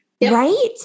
Right